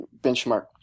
benchmark